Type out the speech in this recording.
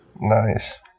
Nice